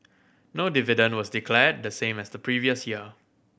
no dividend was declared the same as the previous year